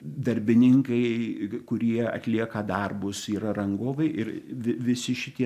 darbininkai kurie atlieka darbus yra rangovai ir vi visi šitie